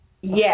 Yes